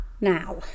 now